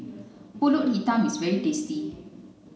Pulut Hitam is very tasty